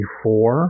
four